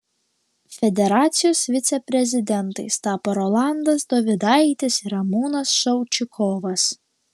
federacijos viceprezidentais tapo rolandas dovidaitis ir ramūnas šaučikovas